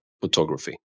photography